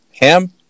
Ham